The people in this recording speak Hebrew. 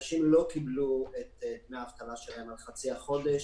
אנשים לא קיבלו את דמי האבטלה שלהם על חצי החודש.